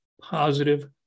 positive